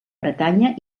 bretanya